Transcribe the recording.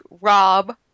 Rob